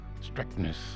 strictness